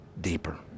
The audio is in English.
deeper